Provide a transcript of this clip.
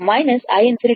2 3 e 10 t